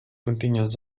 continues